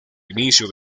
inicio